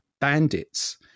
Bandits